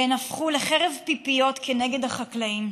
והן הפכו לחרב פיפיות כנגד החקלאים.